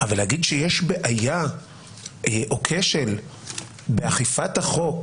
אבל להגיד שיש בעיה או כשל באכיפת החוק